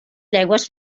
llengües